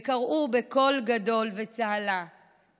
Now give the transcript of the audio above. וקראו בקול גדול וצהלה: